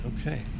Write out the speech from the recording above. Okay